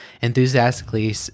enthusiastically